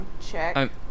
check